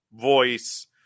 voice